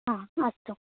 हा अस्तु